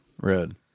Red